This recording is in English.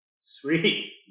Sweet